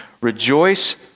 Rejoice